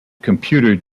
computer